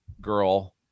girl